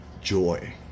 joy